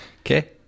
Okay